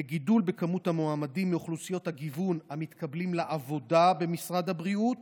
לגידול במספר המועמדים מאוכלוסיות הגיוון המתקבלים לעבודה במשרד הבריאות